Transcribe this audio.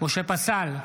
משה פסל,